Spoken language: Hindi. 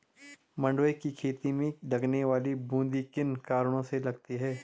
मंडुवे की खेती में लगने वाली बूंदी किन कारणों से लगती है?